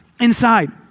inside